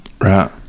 Right